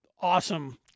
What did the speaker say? awesome